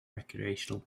recreational